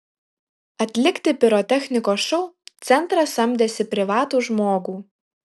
atlikti pirotechnikos šou centras samdėsi privatų žmogų